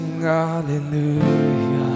hallelujah